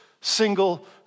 single